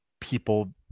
people